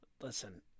Listen